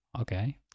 okay